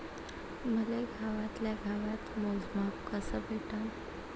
मले गावातल्या गावात मोजमाप कस भेटन?